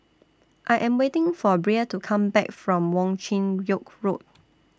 I Am waiting For Brea to Come Back from Wong Chin Yoke Road